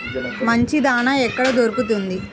మంచి దాణా ఎక్కడ దొరుకుతుంది?